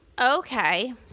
Okay